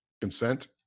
consent